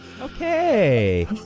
okay